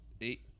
eight